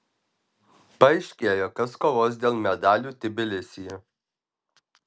paaiškėjo kas kovos dėl medalių tbilisyje